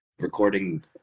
recording